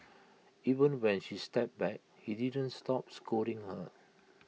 even when she stepped back he didn't stop scolding her